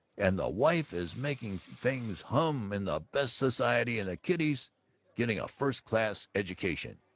and the wife is making things hum in the best society and the kiddies getting a first-class education.